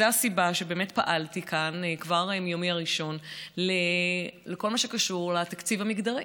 זו הסיבה שפעלתי כאן כבר מיומי הראשון למען כל מה שקשור לתקציב המגדרי,